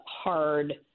hard